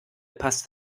passt